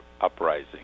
uprising